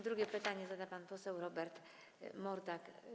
Drugie pytanie zada pan poseł Robert Mordak.